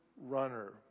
Runner